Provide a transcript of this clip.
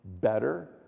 better